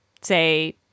say